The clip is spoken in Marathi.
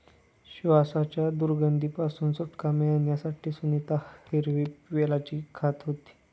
श्वासाच्या दुर्गंधी पासून सुटका मिळवण्यासाठी सुनीता हिरवी वेलची खात होती